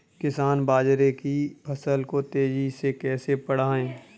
किसान बाजरे की फसल को तेजी से कैसे बढ़ाएँ?